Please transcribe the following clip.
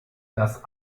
dass